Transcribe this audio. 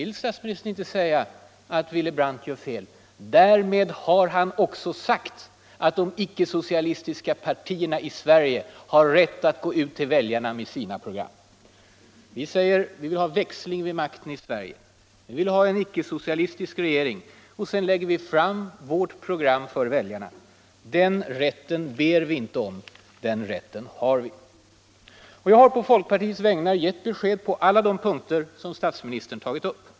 Statsministern vill inte säga att Willy Brandt gör fel. Därmed har han också sagt att de icke-socialistiska partierna i Sverige har rätt att gå ut till väljarna med sina program. Vi säger: Vi vill ha växling vid makten i Sverige. Vi vill ha en ickesocialistisk regering. Och sedan lägger vi fram vårt program för väljarna. Den rätten ber vi inte om. Den rätten har vi. Jag har på folkpartiets vägnar gett besked på alla de punkter som statsministern tagit upp.